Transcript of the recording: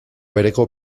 bereko